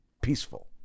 peaceful